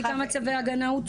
אז תגידי לי כמה צווי הגנה הוצאו.